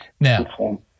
Now